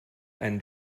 ein